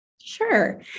Sure